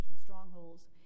strongholds